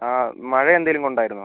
അതെ മഴ എന്തേലും കൊണ്ടായിരുന്നോ